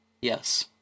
Yes